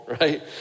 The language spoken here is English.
Right